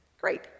great